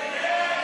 סעיפים 6 7,